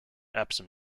epsom